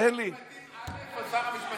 מה זה משנה שר המשפטים א' או שר המשפטים ב'?